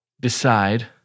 Decide